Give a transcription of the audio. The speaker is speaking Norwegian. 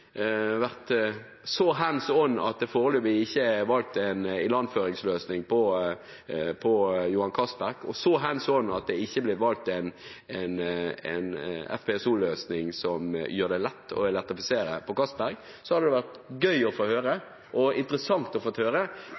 så «hands on» at det foreløpig ikke har vært valgt en ilandføringsløsning på Johan Castberg, og så «hands on» at det ikke ble valgt en FPSO-løsning som gjør det lett å elektrifisere på Johan Castberg. Da hadde det vært gøy og interessant å få høre hvor «hands on» han har vært og kommer til å